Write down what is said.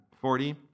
forty